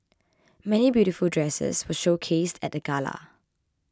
many beautiful dresses were showcased at the gala